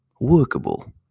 workable